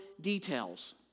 details